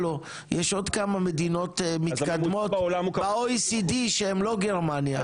יש עוד כמה מדינות מתקדמות ב-OECD שהן לא גרמניה.